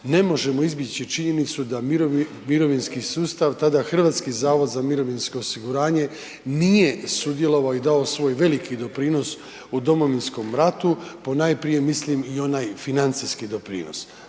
ne možemo izbjeći činjenicu da mirovinski sustav, HZMO nije sudjelovao i dao svoj veliki doprinos u Domovinskom ratu, ponajprije mislim i onaj financijski doprinos.